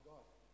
god